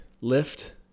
lift